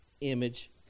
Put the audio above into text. image